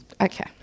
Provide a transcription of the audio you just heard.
Okay